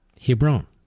Hebron